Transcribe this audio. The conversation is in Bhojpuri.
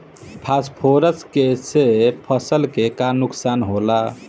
फास्फोरस के से फसल के का नुकसान होला?